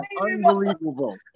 Unbelievable